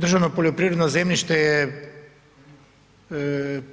Državno poljoprivredno zemljište je